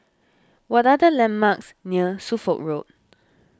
what are the landmarks near Suffolk Road